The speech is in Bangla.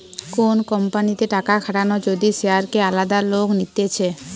কোন কোম্পানিতে টাকা খাটানো যদি শেয়ারকে আলাদা লোক নিতেছে